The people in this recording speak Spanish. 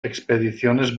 expediciones